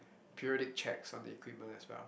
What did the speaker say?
periodic checks on the equipment as well